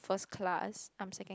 first class I'm second